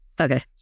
Okay